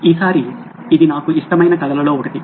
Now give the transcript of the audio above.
ఈసారి ఇది నాకు ఇష్టమైన కథలలో ఒకటి